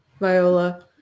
Viola